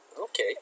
okay